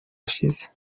yashize